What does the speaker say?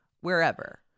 wherever